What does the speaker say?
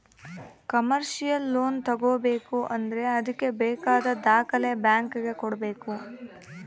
commercial loan ತಗೋಬೇಕು ಅಂದ್ರೆ ಅದ್ಕೆ ಬೇಕಾದ ದಾಖಲೆ ಬ್ಯಾಂಕ್ ಗೆ ಕೊಡ್ಬೇಕು